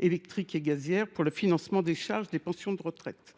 électriques et gazières pour le financement des charges » des pensions de retraite.